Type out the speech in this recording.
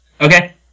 Okay